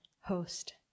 host